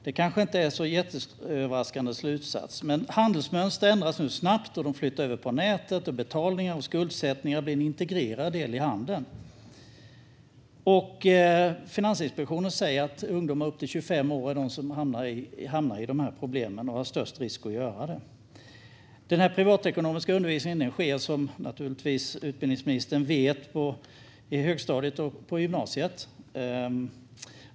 Det kanske inte är en särskilt överraskande slutsats, men handelsmönstren ändras nu snabbt: De flyttar över till nätet, och betalning och skuldsättning blir en integrerad del i handeln. Finansinspektionen säger att det är ungdomar upp till 25 år som hamnar i dessa problem och som löper störst risk att göra det. Den privatekonomiska undervisningen sker, som utbildningsministern naturligtvis vet, på högstadiet och gymnasiet.